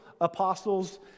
apostles